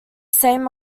same